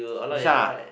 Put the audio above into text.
this one ah